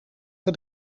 het